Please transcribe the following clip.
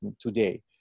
today